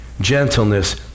gentleness